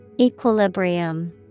Equilibrium